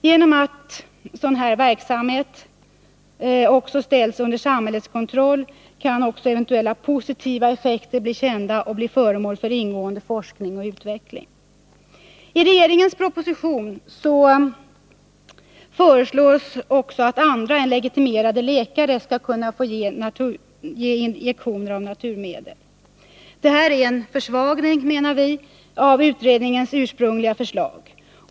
Genom att sådan verksamhet också ställs under samhällets kontroll kan eventuella positiva effekter bli kända och föremål för ingående forskning och utveckling. I regeringens proposition föreslås också att andra än legitimerade läkare skall få ge injektioner av naturmedel. Detta är en försvagning, menar vi, av utredningens ursprungliga förslag.